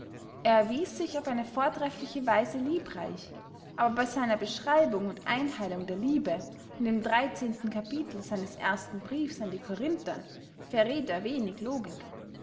erwieß sich auf eine vortrefliche weise liebreich aber bey seiner beschreibung und eintheilung der liebe in dem dreizehnten capitel seines ersten briefs an die corinther verräth er wenig logik